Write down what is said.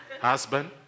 Husband